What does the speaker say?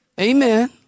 Amen